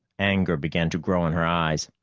anger began to grow in her eyes.